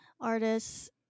artists